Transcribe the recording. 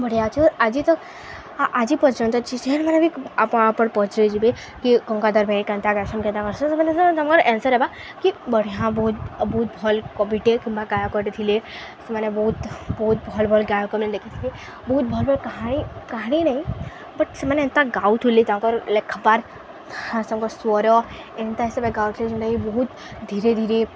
ବଢ଼ିଆ ଅଛେ ଆଜି ତ ଆଜି ପର୍ଯ୍ୟନ୍ତ ଯେନ୍ ମାନେ ବି ଆପଣ ଆପଣ ପଛରେ ଯିବେ କି ଗଙ୍ଗାଧର ମେହେର କେନ୍ତା ଗାସନ୍ କେନ୍ତା କରସନ୍ ସେମାନେ ତାଙ୍କର ଏନ୍ସର ହେବା କି ବଢ଼ିଆଁ ବହୁତ ବହୁତ ଭଲ କବିଟେ କିମ୍ବା ଗାୟକଟେ ଥିଲେ ସେମାନେ ବହୁତ ବହୁତ ଭଲ୍ ଭଲ୍ ଗାୟକମାନେ ଲେଖିଥିଲେ ବହୁତ ଭଲ ଭଲ୍ କାହାଣୀ କାହାଣୀ ନାହିଁ ବଟ୍ ସେମାନେ ଏନ୍ତା ଗାଉଥିଲେ ତାଙ୍କର ଲେଖାବାର୍ ତାଙ୍କର ସ୍ୱର ଏନ୍ତା ହିସାବରେ ଗାଉଥିଲେ ଯେନ୍ତାକି ବହୁତ ଧୀରେ ଧୀରେ